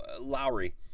Lowry